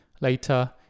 Later